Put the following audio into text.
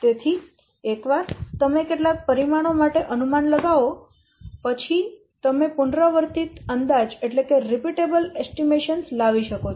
તેથી એકવાર તમે કેટલાક પરિમાણો માટે અનુમાન લગાવો પછી તમે પુનરાવર્તિત અંદાજ લાવી શકો છો